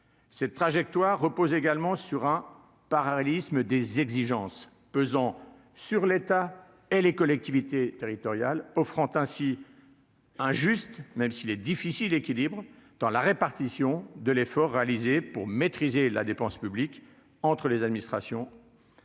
Cette trajectoire repose également sur un parallélisme des exigences pesant sur l'état et les collectivités territoriales, offrant ainsi. Injuste, même s'il est difficile équilibre dans la répartition de l'effort réalisé pour maîtriser la dépense publique entre les administrations,